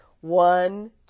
One